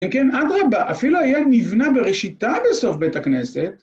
כן? אדרבא, אפילו הייתה נבנה ‫בראשיתה בסוף בית הכנסת.